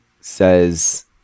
says